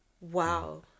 Wow